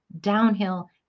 downhill